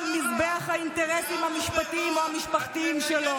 מזבח האינטרסים המשפטיים או המשפחתיים שלו.